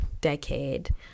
decade